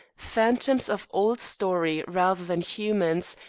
phantoms of old story rather than humans,